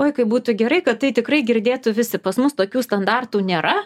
oi kaip būtų gerai kad tai tikrai girdėtų visi pas mus tokių standartų nėra